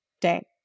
Day